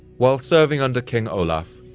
while serving under king olaf,